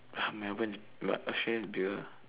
ah Melbourne but extreme beer